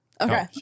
Okay